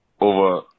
over